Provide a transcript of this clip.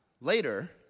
later